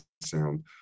sound